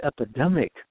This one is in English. epidemic